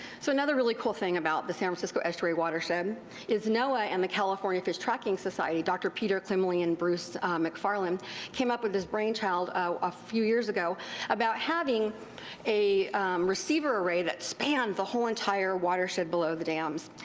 so another really cool thing about the san francisco estuary watershed is noaa and the california fish tracking society, dr. peter klimley and bruce mcfarland came up with this brainchild a few years ago about having a receiver array that spanned the whole entire watershed below the dams.